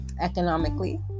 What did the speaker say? economically